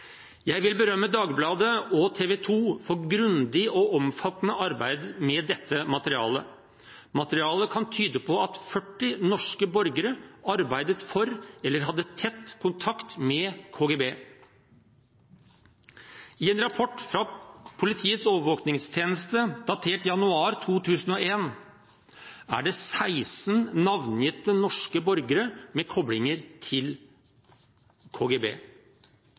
Jeg vil berømme Dagbladet og TV 2 for grundig og omfattende arbeid med dette materialet. Materialet kan tyde på at 40 norske borgere arbeidet for eller hadde tett kontakt med KGB. I en rapport fra Politiets overvåkningstjeneste datert januar 2001 er det 16 navngitte norske borgere med koblinger til KGB.